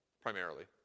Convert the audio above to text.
primarily